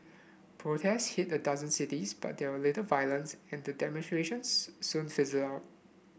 protests hit a dozen cities but there were little violence and the demonstrations soon fizzled out